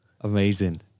Amazing